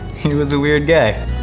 he was a weird guy.